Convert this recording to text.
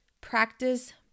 practice